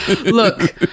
Look